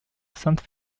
sainte